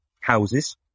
houses